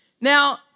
Now